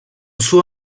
suo